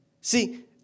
See